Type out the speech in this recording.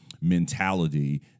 mentality